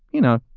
you know,